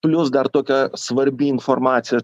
plius dar tokia svarbi informacija